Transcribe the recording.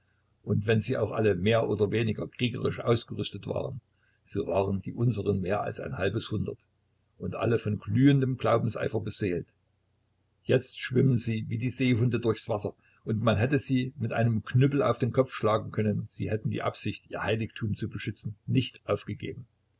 und wenn sie auch alle mehr oder weniger kriegerisch ausgerüstet waren so waren die unseren mehr als ein halbes hundert und alle von glühendem glaubenseifer beseelt jetzt schwimmen sie wie die seehunde durch das wasser und man hätte sie mit einem knüppel auf den kopf schlagen können sie hätten die absicht ihr heiligtum zu beschützen nicht aufgegeben